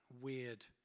weird